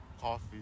coffee